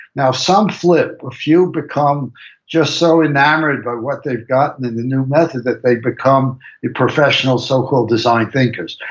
now, some flip. a few become just so enamored by what they've gotten in the new method that they become the professional so-called design thinkers.